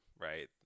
right